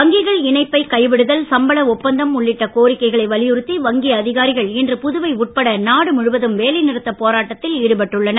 வங்கிகள் இணைப்பைக் கைவிடுதல் சம்பள ஒப்பந்தம் உள்ளிட்ட கோரிக்கைகளை வலியுறுத்தி வங்கி அதிகாரிகள் இன்று புதுவை உட்பட நாடு முழுவதும் வேலை றுத்தப் போராட்டத்தில் ஈடுபட்டுள்ளனர்